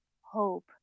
hope